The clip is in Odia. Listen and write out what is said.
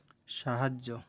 ସାହାଯ୍ୟ